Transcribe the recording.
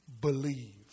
believe